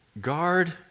Guard